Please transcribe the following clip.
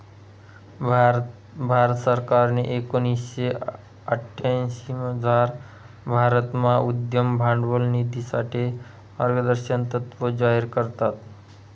भारत सरकारनी एकोणीशे अठ्यांशीमझार भारतमा उद्यम भांडवल निधीसाठे मार्गदर्शक तत्त्व जाहीर करात